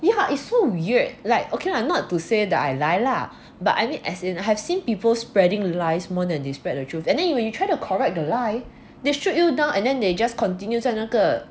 yeah its so weird okay lah not to say that I lie lah but I mean as in I have seen people spreading lies more than they spread the truth and then you try to correct the lie they shoot you down and then they just continue 在那个